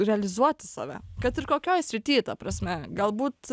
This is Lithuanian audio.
realizuoti save kad ir kokioj srity ta prasme galbūt